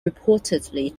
reportedly